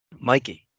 Mikey